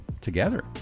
together